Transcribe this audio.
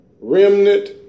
remnant